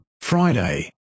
Friday